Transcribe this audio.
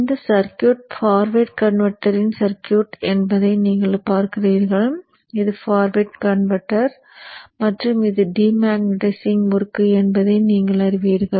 இந்த circuit forward கன்வெர்ட்டரின் circuit என்பதை நீங்கள் பார்க்கிறீர்கள் இது ஃபார்வர்ட் கன்வெர்ட்டர் மற்றும் இது டிமேக்னடைசிங் முறுக்கு என்பதை நீங்கள் அறிவீர்கள்